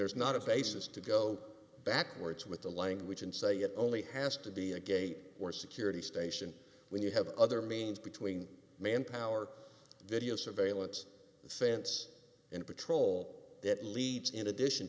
there is not a basis to go backwards with the language and say it only has to be a gate or security station when you have other means between manpower video surveillance offense and patrol that leads in addition